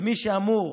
ומי שאמור